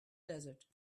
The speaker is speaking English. desert